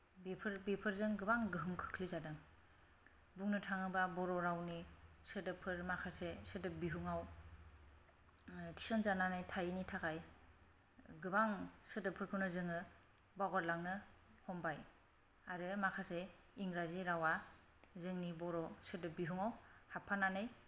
बेफोर बेफोरजों गोबां गोहोम खोख्लैजादों बुंनो थाङोबा बर' रावनि सोदोबफोर माखासे सोदोब बिहुङाव थिसनजानानै थायैनि थाखाय गोबां सोदोबफोरखौनो जोङो बावगारलांनो हमबाय आरो माखासे इंराजि रावआ जोंनि बर' सोदोब बिहुंआव हाबफानानै